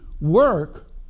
work